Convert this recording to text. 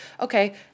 Okay